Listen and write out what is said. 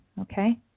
Okay